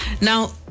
Now